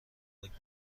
گمرگ